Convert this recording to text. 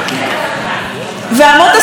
ואמות הסיפים לא רועדות.